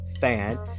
fan